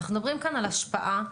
מה הסטטוס שלהם?